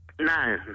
No